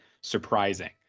surprising